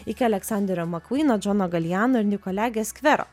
iki aleksanderio makvyno džono galijano ir nikolia geskvero